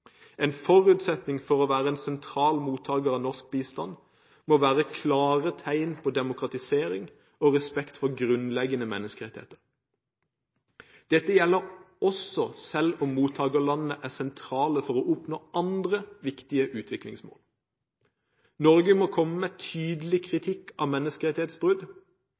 En forutsetning for å være en sentral mottaker av norsk bistand må være klare tegn på demokratisering og respekt for grunnleggende menneskerettigheter. Dette gjelder også selv om mottakerlandene er sentrale for å oppnå andre viktige utviklingsmål. Norge må komme med tydelig kritikk av menneskerettighetsbrudd